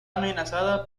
amenazada